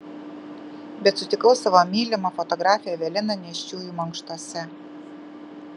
bet sutikau savo mylimą fotografę eveliną nėščiųjų mankštose